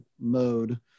mode